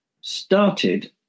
started